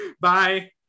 Bye